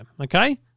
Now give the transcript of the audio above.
okay